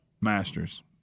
masters